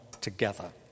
together